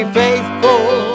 faithful